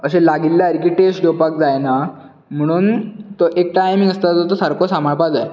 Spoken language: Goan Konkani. अशे लागिल्या सारकी टेस्ट येवपाक जायना म्हणून तो एक टायम आसता तो सारको सांबाळपाक जाय